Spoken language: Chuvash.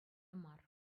мар